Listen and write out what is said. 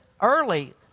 early